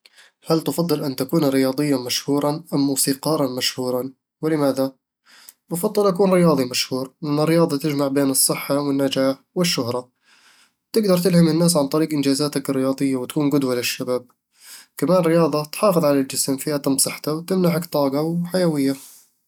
هل تفضل أن تكون رياضيًا مشهورًا أم موسيقارًا مشهورًا؟ ولماذا؟ بفضّل أكون رياضيي مشهور، لأن الرياضة تجمع بين الصحة والنجاح والشهرة تقدر تلهم الناس عن طريق إنجازاتك الرياضية وتكون قدوة للشباب كمان الرياضة تحافظ على الجسم في أتم صحته وتمنحك طاقة وحيوية